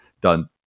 done